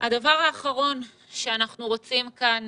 הדבר האחרון שאנחנו רוצים כאן,